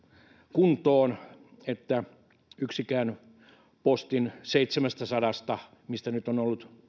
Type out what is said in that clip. kuntoon että yksikään postin seitsemästäsadasta mikä lukema nyt on ollut